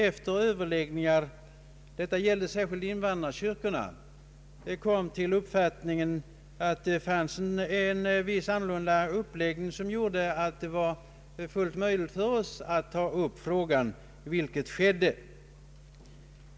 Efter överläggningar kom denna expertis till uppfattningen att det genom att frågan fått en annorlunda uppläggning var fullt möjligt för oss att ta upp den, vilket vi gjorde.